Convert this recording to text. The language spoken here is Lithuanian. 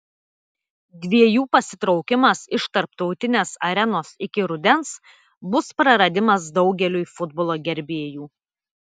dviejų pasitraukimas iš tarptautinės arenos iki rudens bus praradimas daugeliui futbolo gerbėjų